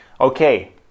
Okay